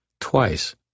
Twice